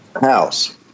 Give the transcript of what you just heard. house